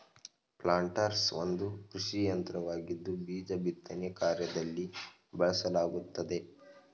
planters ಒಂದು ಕೃಷಿಯಂತ್ರವಾಗಿದ್ದು ಬೀಜ ಬಿತ್ತನೆ ಕಾರ್ಯದಲ್ಲಿ ಬಳಸಲಾಗುತ್ತದೆ